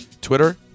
Twitter